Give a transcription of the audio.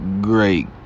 great